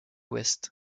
ouest